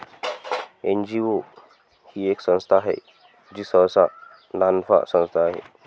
NGO ही एक संस्था आहे जी सहसा नानफा संस्था असते